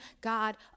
God